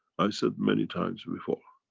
i said many times before.